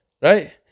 right